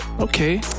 Okay